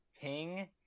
Ping